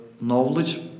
knowledge